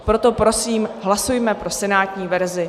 Proto prosím, hlasujme pro senátní verzi.